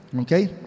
Okay